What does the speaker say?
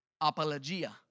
apologia